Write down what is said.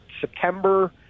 September